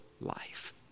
life